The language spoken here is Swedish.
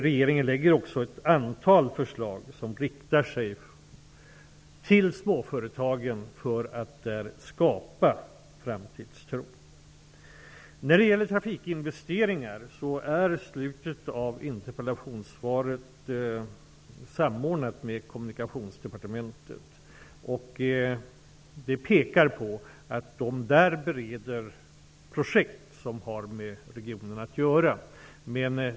Regeringen lägger också fram ett antal förslag som är avsedda att skapa framtidstro hos småföretagen. När det gäller trafikinvesteringar vill jag säga att vi har samordnat slutet av interpellationssvaret med Kommunikationsdepartementet. Det pekar på att man där bereder projekt som har med regionen att göra.